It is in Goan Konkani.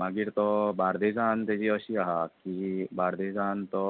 मागीर तो बार्देजांत तेची अशी आहा की बार्देजांत तो